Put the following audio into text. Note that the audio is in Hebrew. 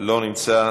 אינו נוכח.